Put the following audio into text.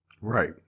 Right